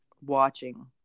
watching